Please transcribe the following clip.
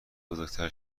بزرگتر